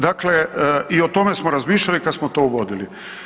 Dakle i o tome smo razmišljali kad smo to uvodili.